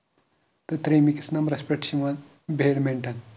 تہٕ تریمہِ کِس نَمبرَس پٮ۪ٹھ چھُ یِوان بیڈمِنٹَن